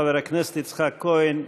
חבר הכנסת יצחק כהן,